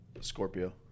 Scorpio